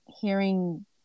hearing